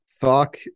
fuck